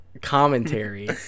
commentary